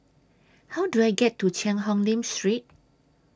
How Do I get to Cheang Hong Lim Street